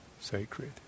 sacred